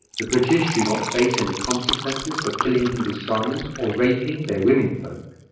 the british do not face any consequences for killing hindustanis or raping their women folk.